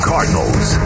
Cardinals